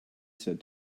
said